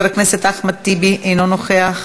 גם מסכים עם עיסאווי, אוקיי.